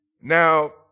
Now